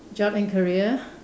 job and career